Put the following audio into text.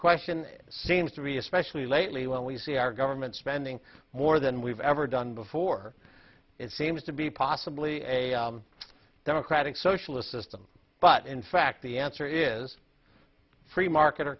question seems to be especially lately when we see our government spending more than we've ever done before it seems to be possibly a democratic socialist system but in fact the answer is free market or